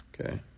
Okay